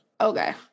Okay